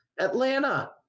Atlanta